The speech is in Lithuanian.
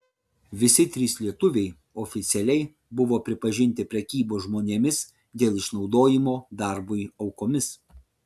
visi trys lietuviai oficialiai buvo pripažinti prekybos žmonėmis dėl išnaudojimo darbui aukomis